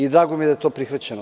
Drago mi je da je to prihvaćeno.